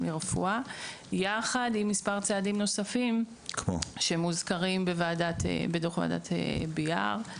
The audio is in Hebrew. לרפואה יחד עם צעדים נוספים שמוזכרים בדוח ועדת ביהר: